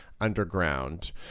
underground